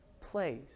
place